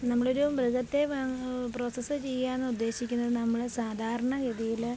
നമ്മളൊരു മൃഗത്തെ പ്രോസസ്സ് ചെയ്യാനാണ് ഉദ്ദേശിക്കുന്നത് നമ്മള് സാധാരണ ഗതിയില്